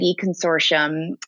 Consortium